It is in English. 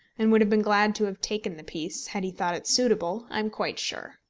and would have been glad to have taken the piece had he thought it suitable, i am quite sure.